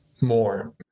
more